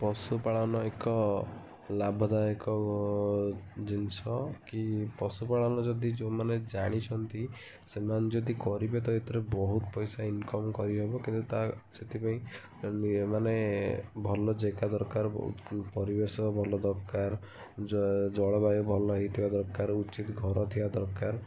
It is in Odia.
ପଶୁପାଳନ ଏକ ଲାଭଦାୟକ ଜିନିଷ କି ପଶୁପାଳନ ଯଦି ଯେଉଁମାନେ ଜାଣିଛନ୍ତି ସେମାନେ ଯଦି କରିବେ ତ ଏଥିରେ ବହୁତ ପଇସା ଇନକମ୍ କରିହେବ କିନ୍ତୁ ତା ସେଥିପାଇଁ ଆମେ ମାନେ ଭଲ ଜାଗା ଦରକାର ବହୁତ ପରିବେଶ ଭଲ ଦରକାର ଜଳବାୟୁ ଭଲ ହେଇଥିବା ଦରକାର ଉଚିତ୍ ଘର ଥିବା ଦରକାର